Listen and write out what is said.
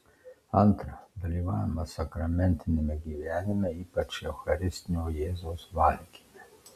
antra dalyvavimas sakramentiniame gyvenime ypač eucharistinio jėzaus valgyme